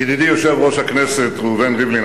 ידידי יושב-ראש הכנסת ראובן ריבלין,